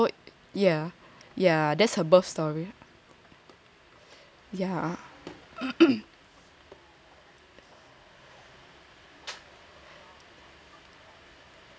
so ya ya that's her birth story yeah